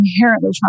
inherently